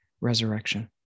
resurrection